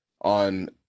On